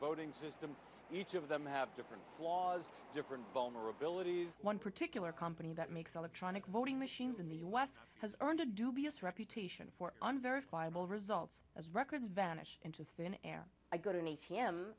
voting system each of them have different flaws different vulnerabilities one particular company that makes electronic voting machines in the u s has earned a dubious reputation for unverifiable results as records vanish into thin air i go to